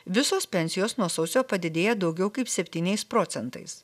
visos pensijos nuo sausio padidėja daugiau kaip septyniais procentais